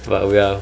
but we are